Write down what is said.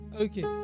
Okay